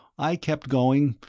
i kept going,